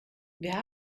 wir